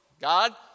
God